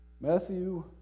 Matthew